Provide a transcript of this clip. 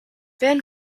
van